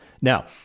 now